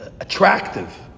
attractive